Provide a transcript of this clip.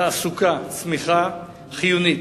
תעסוקה, צמיחה, זה חיוני,